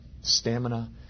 stamina